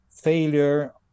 failure